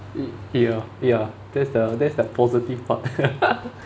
y~ ya ya that's the that's the positive part